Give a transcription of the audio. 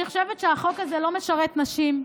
אני חושבת שהחוק הזה לא משרת נשים,